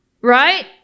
Right